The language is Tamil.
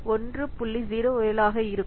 07 ஆக இருக்கும்